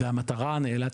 והמטרה הנעלה,